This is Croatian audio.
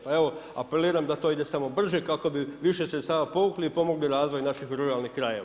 Pa evo apeliram da to ide samo brže kako bi više sredstava povukli i pomogli razvoj naših ruralnih krajeva.